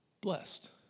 blessed